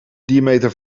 diameter